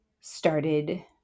started